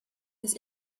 this